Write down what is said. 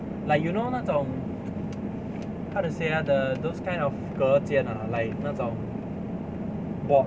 like you know 那种 how to say ah the those kind of 隔间 ah like 那种 board